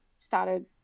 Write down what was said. started